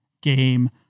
game